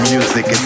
Music